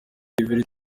yverry